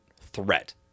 threat